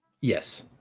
Yes